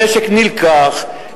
הנשק נלקח,